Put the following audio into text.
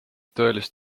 tõelist